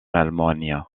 allemagne